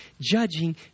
judging